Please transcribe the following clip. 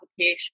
application